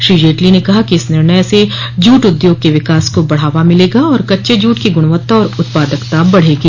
श्री जेटली ने कहा कि इस निर्णय से जूट उद्योग के विकास को बढ़ावा मिलेगा और कच्चे जूट की गुणवत्ता और उत्पादकता बढ़ेगी